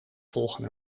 volgen